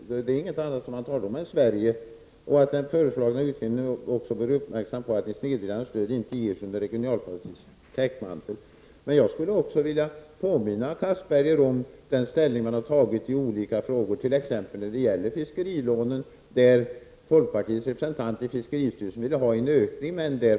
Det är inget annat man talar om än Sverige. Vidare framhålls: ”Den föreslagna utredningen bör också vara uppmärksam så att snedvridande stöd inte ges under regionalpolitisk täckmantel.” Jag skulle också vilja påminna Anders Castberger om vilken ståndpunkt folkpartiet har intagit i olika frågor, t.ex. när det gäller fiskerilånen. Folkpartiets representant i fiskeristyrelsen ville ha en ökning.